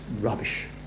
rubbish